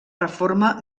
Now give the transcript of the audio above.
reforma